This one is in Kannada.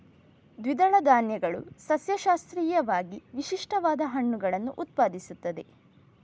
ದ್ವಿದಳ ಧಾನ್ಯಗಳು ಸಸ್ಯಶಾಸ್ತ್ರೀಯವಾಗಿ ವಿಶಿಷ್ಟವಾದ ಹಣ್ಣುಗಳನ್ನು ಉತ್ಪಾದಿಸುತ್ತವೆ